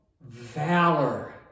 valor